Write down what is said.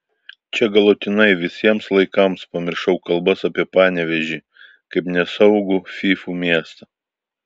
čia galutinai visiems laikams pamiršau kalbas apie panevėžį kaip nesaugų fyfų miestą